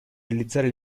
realizzare